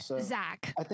Zach